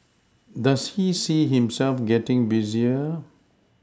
does he see himself getting busier